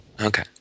Okay